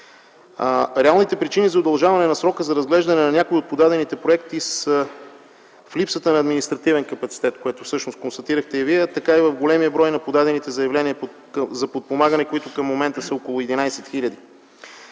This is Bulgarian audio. Реалните причини за удължаване на срока за разглеждане на някои от подадените проекти са в липсата както на административен капацитет, което всъщност констатирахте и Вие, така и в големия брой на подадените заявления за подпомагане, които към момента са около 11 000.